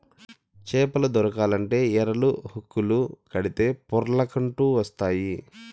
చేపలు దొరకాలంటే ఎరలు, హుక్కులు కడితే పొర్లకంటూ వస్తాయి